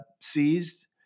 seized